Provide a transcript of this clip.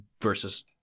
versus